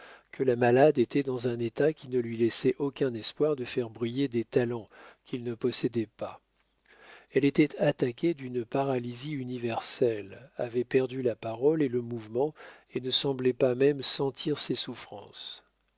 que la malade était dans un état qui ne lui laissait aucun espoir de faire briller des talents qu'il ne possédait pas elle était attaquée d'une paralysie universelle avait perdu la parole et le mouvement et ne semblait pas même sentir ses souffrances